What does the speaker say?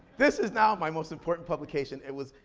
this is now my most important publication. it was,